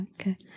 okay